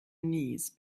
knees